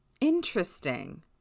Interesting